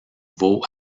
vaut